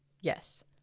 Yes